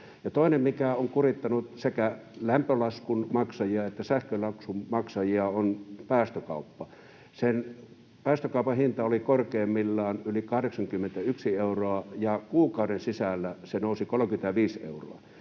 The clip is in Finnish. Toinen, mikä on kurittanut sekä lämpölaskun maksajia että sähkölaskun maksajia, on päästökauppa. Päästökaupan hinta oli korkeimmillaan yli 81 euroa, ja kuukauden sisällä se nousi 35 euroa.